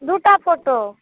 दूटा फोटो